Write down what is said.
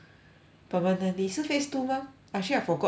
permanently so phase two now actually I forgot where already